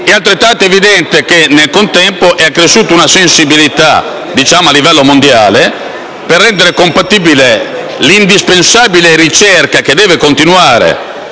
È altrettanto evidente che, nel contempo, è cresciuta una sensibilità a livello mondiale per rendere compatibile l'indispensabile ricerca - che deve continuare,